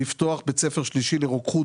צריך לפתוח במיידי בית ספר שלישי לרוקחות,